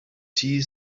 tea